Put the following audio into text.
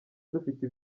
dufite